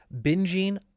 binging